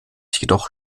jedoch